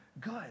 good